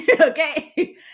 okay